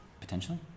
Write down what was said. potentially